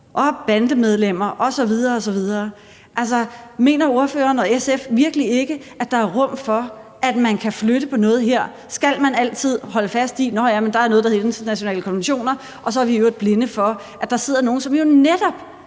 og bandemedlemmer osv. osv. Mener ordføreren og SF virkelig ikke, at der er rum for, at man kan flytte på noget her? Skal man altid holde fast i, at nå, ja, der er noget, der hedder internationale konventioner, mens vi så i øvrigt er blinde for, at der sidder nogle, som jo netop